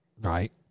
right